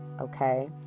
okay